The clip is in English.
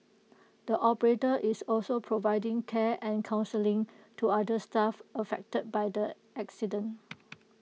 the operator is also providing care and counselling to other staff affected by the accident